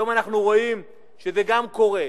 היום אנחנו רואים שזה גם קורה,